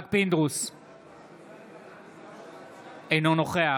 אינו נוכח